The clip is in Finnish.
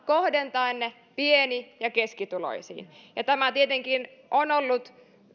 kohdentaen ne pieni ja keskituloisiin tämä tietenkin on ollut